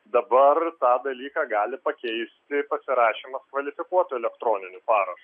dabar tą dalyką gali pakeisti pasirašymas kvalifikuotu elektroniniu parašu